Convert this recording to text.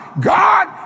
God